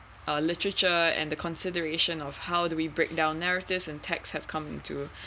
uh literature and the consideration of how do we break down narratives and texts have come into